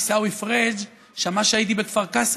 עיסאווי פריג' שמע שהייתי בכפר קאסם,